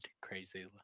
crazy